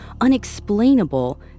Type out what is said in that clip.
unexplainable